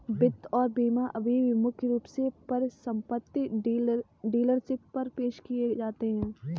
वित्त और बीमा अभी भी मुख्य रूप से परिसंपत्ति डीलरशिप पर पेश किए जाते हैं